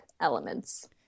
elements